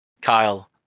Kyle